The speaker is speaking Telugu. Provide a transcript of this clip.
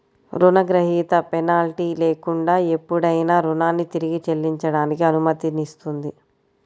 రుణగ్రహీత పెనాల్టీ లేకుండా ఎప్పుడైనా రుణాన్ని తిరిగి చెల్లించడానికి అనుమతిస్తుంది